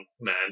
man